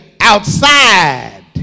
Outside